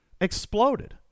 exploded